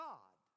God